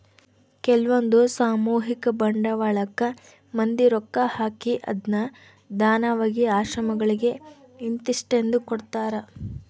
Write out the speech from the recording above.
ಕೆಲ್ವಂದು ಸಾಮೂಹಿಕ ಬಂಡವಾಳಕ್ಕ ಮಂದಿ ರೊಕ್ಕ ಹಾಕಿ ಅದ್ನ ದಾನವಾಗಿ ಆಶ್ರಮಗಳಿಗೆ ಇಂತಿಸ್ಟೆಂದು ಕೊಡ್ತರಾ